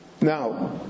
Now